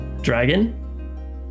dragon